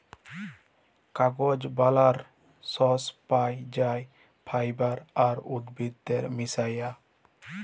কাগজ বালালর সর্স পাই যাই ফাইবার আর উদ্ভিদের মিশায়া